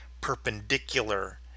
perpendicular